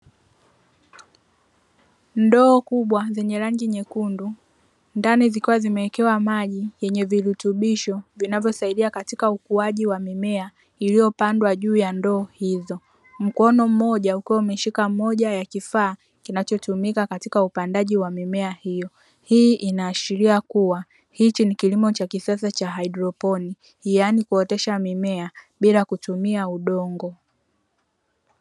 Ndoo kubwa zenye rangi nyekundu ndani zikiwa zimewekwa maji yenye virutubisho vinavyosaidia katika ukuaji wa mimea iliyopandwa juu ya ndoo hizo, mkono mmoja ukiwa umeshika moja ya kifaa kinachotumika katika upandaji wa mimea hiyo. Hii inaashiria kuwa hiki ni kilimo cha kisasa cha haidroponi yaani kuoteshea mimea bila kutumia udongo.